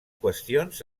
qüestions